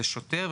היא שוטר,